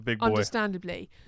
understandably